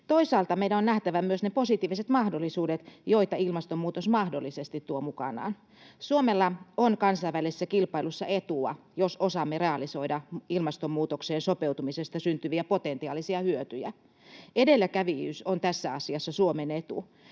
Toisaalta meidän on nähtävä myös ne positiiviset mahdollisuudet, joita ilmastonmuutos mahdollisesti tuo mukanaan. Suomella on kansainvälisessä kilpailussa etua, jos osaamme realisoida ilmastonmuutokseen sopeutumisesta syntyviä potentiaalisia hyötyjä. Edelläkävijyys on tässä asiassa Suomen etu.